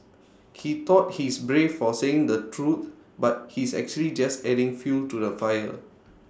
he thought he's brave for saying the truth but he's actually just adding fuel to the fire